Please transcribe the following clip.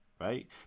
Right